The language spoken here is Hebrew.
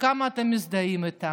וכמה אתם מזדהים איתם.